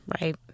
Right